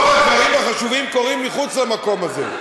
רוב הדברים החשובים קורים מחוץ למקום הזה.